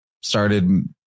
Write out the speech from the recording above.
started